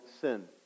sin